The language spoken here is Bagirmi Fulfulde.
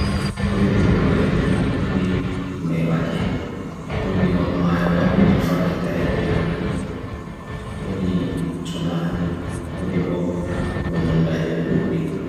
Wadi dimbo wale di, wadi meba ke, wadi wak maia wad dina fak kita ebina, wadi tona ami, wadi bo bonondajin duplik.